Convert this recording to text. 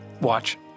watch